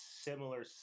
similar